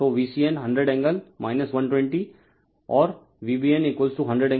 तो VCN 100 angle 120 and VBN100 angle 120 o हैं